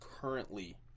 currently